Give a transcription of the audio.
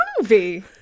movie